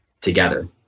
together